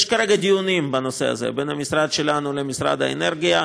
יש כרגע דיונים בנושא הזה בין המשרד שלנו למשרד האנרגיה.